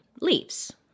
leaves